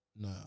No